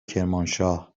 کرمانشاه